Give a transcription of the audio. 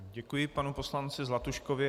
Děkuji panu poslanci Zlatuškovi.